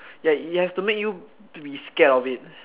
ya it have to make you be scared of it